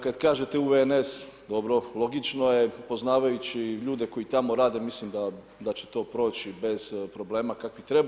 Kada kažete UVNS dobro, logično je, poznavajući ljudi koji tamo rade mislim da će to proći bez problema kako i treba.